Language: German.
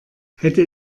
hätte